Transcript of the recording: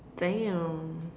Dayum